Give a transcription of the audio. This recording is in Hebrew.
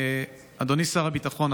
אדוני שר הביטחון,